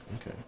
Okay